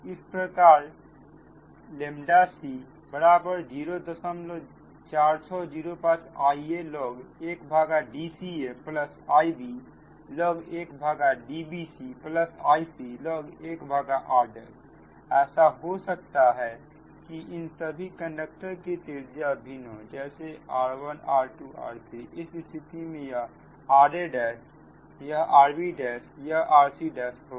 इस प्रकार ʎ c 04605 Ialog1DcaIblog1DbcIclog 1rऐसा हो सकता है कि इन सभी कंडक्टर की त्रिज्या भिन्न हो जैसे r1r2r3 हो इस स्थिति में यह ra यह rb यह rc होगा